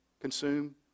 consume